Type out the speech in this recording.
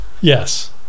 yes